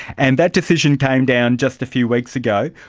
and that decision came down just a few weeks ago.